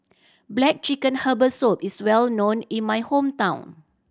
black chicken herbal soup is well known in my hometown